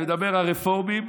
אני מדבר על רפורמים.